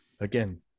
Again